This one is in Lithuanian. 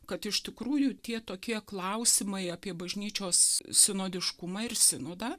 kad iš tikrųjų tie tokie klausimai apie bažnyčios sinodiškumą ir sinodą